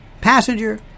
passenger